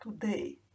today